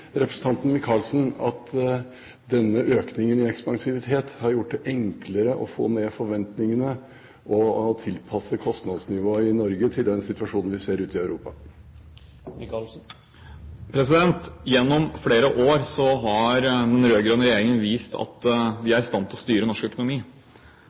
representanten Micaelsen at denne økningen i ekspansivitet har gjort det enklere å få ned forventningene og å tilpasse kostnadsnivået i Norge til den situasjonen vi ser ute i Europa? Gjennom flere år har den rød-grønne regjeringen vist at vi